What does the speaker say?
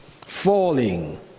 falling